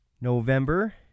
november